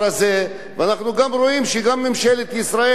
ואנחנו רואים שגם ממשלת ישראל מבקשת,